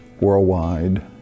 worldwide